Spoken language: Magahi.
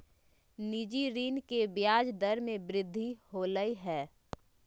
निजी ऋण के ब्याज दर में वृद्धि होलय है